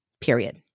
period